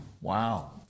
Wow